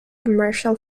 commercial